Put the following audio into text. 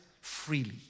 freely